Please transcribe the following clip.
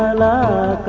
la